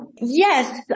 Yes